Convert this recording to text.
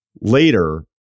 later